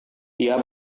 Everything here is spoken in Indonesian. dia